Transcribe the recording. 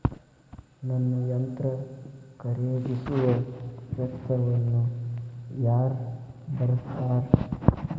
ನನ್ನ ಯಂತ್ರ ಖರೇದಿಸುವ ವೆಚ್ಚವನ್ನು ಯಾರ ಭರ್ಸತಾರ್?